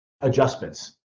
adjustments